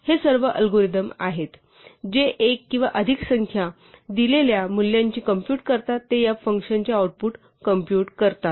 हे सर्व अल्गोरिदम आहेत जे एक किंवा अधिक संख्या दिलेल्या मूल्यांची कॉम्पूट करतात ते या फंक्शनचे आउटपुट कॉम्पूट करतात